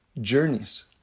journeys